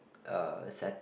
uh setting